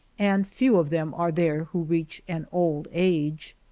and few of them are there who reach an old age.